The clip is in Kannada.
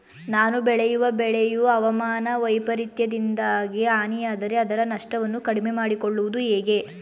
ನಾನು ಬೆಳೆಯುವ ಬೆಳೆಯು ಹವಾಮಾನ ವೈಫರಿತ್ಯದಿಂದಾಗಿ ಹಾನಿಯಾದರೆ ಅದರ ನಷ್ಟವನ್ನು ಕಡಿಮೆ ಮಾಡಿಕೊಳ್ಳುವುದು ಹೇಗೆ?